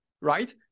right